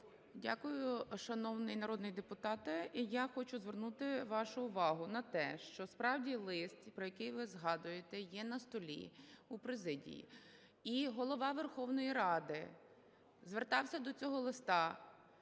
Дякую. Шановний народний депутате, я хочу звернути вашу увагу на те, що справді лист, про який ви згадуєте, є на столі у президії, і Голова Верховної Ради звертався до цього листа,